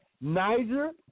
Niger